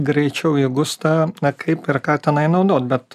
greičiau įgusta ar kaip ar ką tenai naudot bet